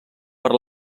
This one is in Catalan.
per